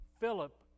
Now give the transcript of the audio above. Philip